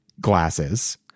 glasses